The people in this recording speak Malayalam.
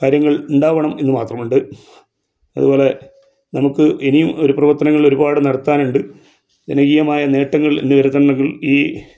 കാര്യങ്ങൾ ഉണ്ടാവണം എന്ന് മാത്രമുണ്ട് അതുപോലെ നമുക്ക് എനീം ഒര് പ്രവർത്തനങ്ങൾ ഒരുപാട് നടത്താനുണ്ട് ജനകീയമായ നേട്ടങ്ങൾ എന്ന് വരത്തണമെങ്കിൽ ഈ